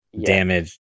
damage